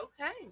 Okay